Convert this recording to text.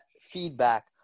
feedback